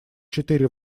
четыре